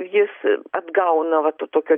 jis atgauna va to tokio